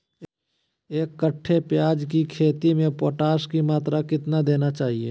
एक कट्टे प्याज की खेती में पोटास की मात्रा कितना देना चाहिए?